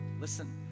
listen